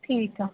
ठीकु आहे